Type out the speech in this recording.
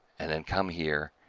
and then come here,